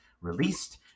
released